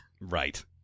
Right